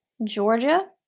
georgia,